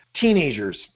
teenagers